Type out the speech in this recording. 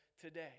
today